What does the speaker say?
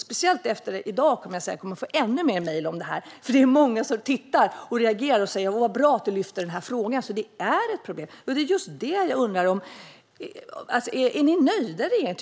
Speciellt efter i dag kommer jag säkert att få ännu fler mejl om detta, eftersom många tittar, reagerar och säger: Vad bra att du lyfter upp den här frågan! Detta är verkligen ett problem. Jag undrar om ni i regeringen är nöjda.